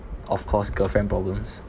of course girlfriend problems